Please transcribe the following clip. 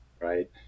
right